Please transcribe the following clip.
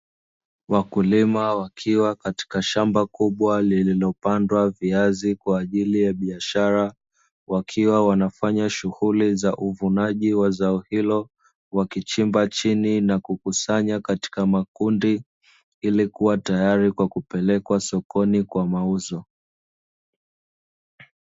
Wakulima wakiwa katika shamba kubwa lililopandwa viazi kwa ajili ya biashara, wakiwa wanafanya shughuli za uvunaji wa zao hilo, wakichimba chini na kukusanya katika makundi, ili kuwa tayari kwa kupelekwa sokoni kwa mauzo.